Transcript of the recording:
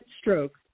stroke